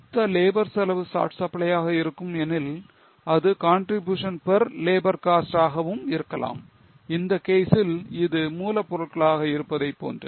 மொத்த லேபர் செலவு short supply ஆக இருக்கும் எனில் இது contribution per labour cost ஆக இருக்கலாம் இந்த கேஸ்சில் இது மூலப்பொருட்களாக இருப்பதை போன்று